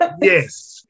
Yes